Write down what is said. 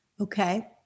Okay